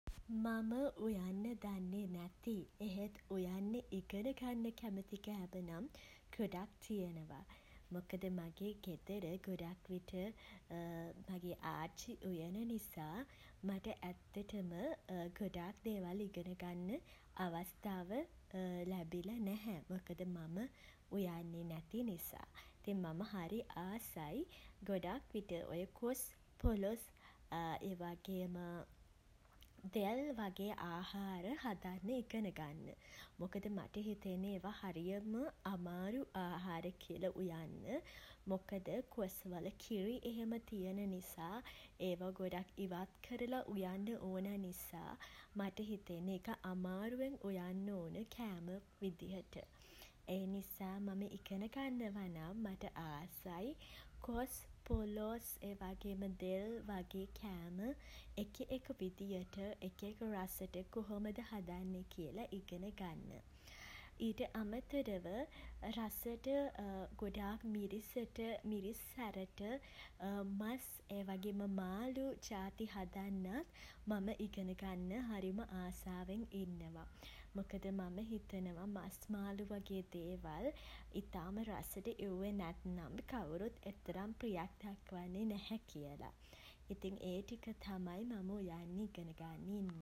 මම උයන්න දන්නේ නැති එහෙත් උයන්න ඉගෙන ගන්න කැමති කෑම නම් ගොඩක් තියෙනවා. මොකද මගේ ගෙදර ගොඩක් විට ගොඩක් විට මගේ ආච්චි උයන නිසා මට ඇත්තටම ගොඩක් දේවල් ඉගෙන ගන්න අවස්ථාව ලැබිලා නැහැ. මොකද මම උයන්නේ නැති නිසා. ඉතින් මම හරි ආසයි ගොඩක් විට ඔය කොස් පොළොස් ඒ වගේම දෙල් වගේ ආහාර හදන්න ඉගෙන ගන්න. මොකද මට හිතෙන්නේ ඒවා හරිම අමාරු ආහාර කියලා උයන්න. මොකද කොස් වල කිරි එහෙම තියෙන නිසා ඒවා ගොඩක් ඉවත් කරලා උයන්න ඕන නිසා මට හිතෙන ඒක අමාරුවෙන් උයන්න ඕන කෑම විදිහට. ඒ නිසා මම ඉගෙන ගන්නවා නම් මට ආසයි කොස් පොළොස් ඒවගේම දෙල් වගේ කෑම එක එක විදියට එක එක රසට කොහොමද හදන්නේ කියලා ඉගෙනගන්න. ඊට අමතරව රසට ගොඩාක් මිරිසට මිරිස් සැරට මස් ඒ වගේම මාලු ජාති හදන්න මම ඉගෙන ගන්න හරිම ආශාවෙන් ඉන්නවා. මොකද මම හිතනවා මස් මාලු වගේ දේවල් ඉතාම රසට ඉව්වෙ නැත්නම් කවුරුත් එතරම් ප්‍රියක් දක්වන්නේ නැහැ කියලා. ඉතින් ඒ ටික තමයි මම උයන්න ඉගෙන ගන්න ඉන්නේ.